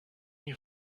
new